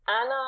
Anna